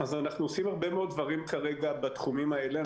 אנחנו עושים הרבה מאוד דברים כרגע בתחומים האלו.